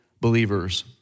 believers